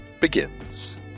begins